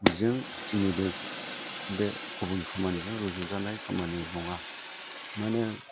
बेजों जोंनि बे गुबुन खामानिजों रुजुजानाय खामानि नङा माने